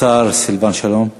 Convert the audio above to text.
השר סילבן שלום.